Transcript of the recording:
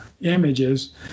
images